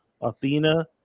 Athena